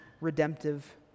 redemptive